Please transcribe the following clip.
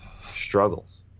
struggles